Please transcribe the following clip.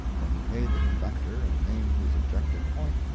when he paid the conductor and named his objective point,